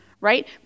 right